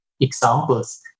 examples